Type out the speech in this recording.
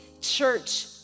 church